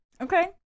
Okay